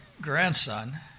grandson